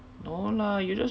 no lah you just